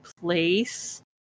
place